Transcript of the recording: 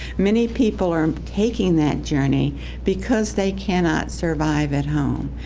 many people are taking that journey because they cannot survive at home.